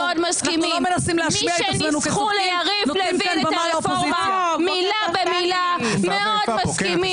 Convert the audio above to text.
מי שניסחו ליריב לוין את הרפורמה מילה במילה מאוד מסכימים.